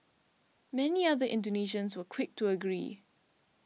many other Indonesians were quick to agree